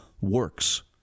works